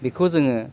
बेखौ जोङो